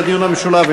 לדיון המשולב,